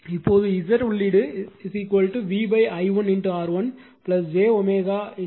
இப்போது Z உள்ளீடு V i1 R1 j L1 இது